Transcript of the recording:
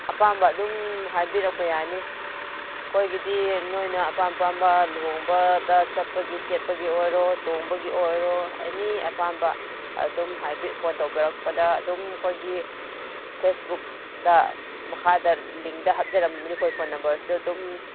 ꯑꯄꯥꯝꯕ ꯑꯗꯨꯝ ꯍꯥꯏꯕꯤꯔꯛꯄ ꯌꯥꯅꯤ ꯑꯩꯈꯣꯏꯒꯤꯗꯤ ꯅꯣꯏꯅ ꯑꯄꯥꯝ ꯑꯄꯥꯝꯕ ꯂꯨꯍꯣꯡꯕꯗ ꯆꯠꯄꯒꯤ ꯁꯦꯠꯄꯒꯤ ꯑꯣꯏꯔꯣ ꯇꯣꯡꯕꯒꯤ ꯑꯣꯏꯔꯣ ꯑꯦꯅꯤ ꯑꯄꯥꯝꯕ ꯑꯗꯨꯝ ꯍꯥꯏꯐꯦꯠ ꯐꯣꯟ ꯇꯧꯕꯤꯔꯛꯄꯗ ꯑꯗꯨꯝ ꯑꯩꯈꯣꯏꯒꯤ ꯐꯦꯁꯕꯨꯛꯇ ꯃꯈꯥꯗ ꯂꯤꯡꯗ ꯍꯥꯞꯆꯔꯝꯕꯅꯤ ꯑꯩꯈꯣꯏ ꯐꯣꯟ ꯅꯝꯕꯔꯁꯤꯗ ꯑꯗꯨꯝ